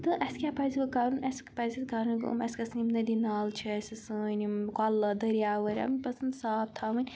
تہٕ اَسہِ کیٛاہ پَزِ ووٚں کَرُن اَسہِ پَزِ اَسہِ کَرٕنۍ کٲم اَسہِ گژھن یِم نٔدی نالہٕ چھِ اَسہِ سٲنۍ یِم کۄلہٕ دٔریاو ؤری یِم پَزَن صاف تھاوٕنۍ